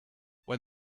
when